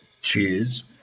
cheers